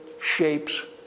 shapes